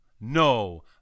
no